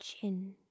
chin